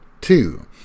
Two